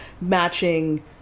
matching